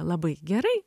labai gerai